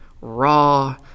raw